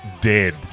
Dead